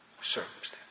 circumstance